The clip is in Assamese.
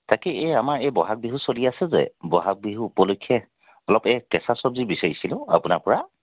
তাকে এই আমাৰ এই ব'হাগ বিহু চলি আছে যে ব'হাগ বিহু উপলক্ষে অলপ এই কেঁচা চব্জি বিচাৰিছিলোঁ আপোনাৰ পৰা